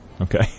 Okay